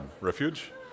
Refuge